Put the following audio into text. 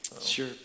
Sure